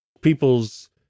people's